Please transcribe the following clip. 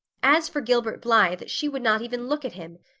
as for gilbert blythe, she would not even look at him.